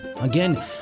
Again